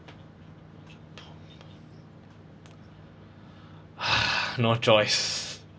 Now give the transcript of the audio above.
ha no choice